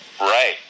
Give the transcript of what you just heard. Right